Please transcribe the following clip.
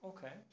Okay